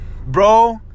Bro